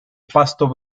pasto